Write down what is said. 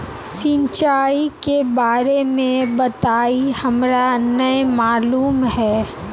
सिंचाई के बारे में बताई हमरा नय मालूम है?